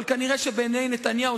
אבל נראה שבעיני נתניהו,